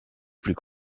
plus